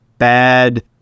bad